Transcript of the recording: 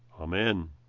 Amen